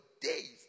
days